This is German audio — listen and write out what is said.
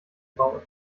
baue